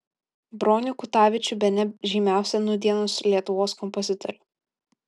bronių kutavičių bene žymiausią nūdienos lietuvos kompozitorių